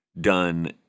done